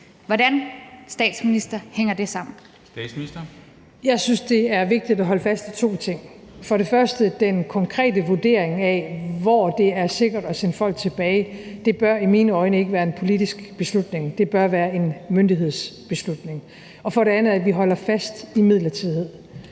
(Mette Frederiksen): Jeg synes, det er vigtigt at holde fast i to ting. For det første er der den konkrete vurdering af, hvor det er sikkert at sende folk tilbage til. Det bør i mine øjne ikke være en politisk beslutning; det bør være en myndighedsbeslutning. For det andet er der det, at vi holder fast i midlertidighed.